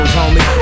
homie